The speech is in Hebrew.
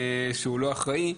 שהוא לא אחראי,